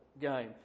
game